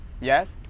yes